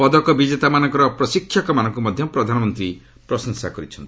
ପଦକ ବିଜେତାମାନଙ୍କର ପ୍ରଶିକ୍ଷକମାନଙ୍କୁ ମଧ୍ୟ ପ୍ରଧାନମନ୍ତ୍ରୀ ପ୍ରଶଂସା କରିଛନ୍ତି